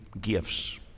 gifts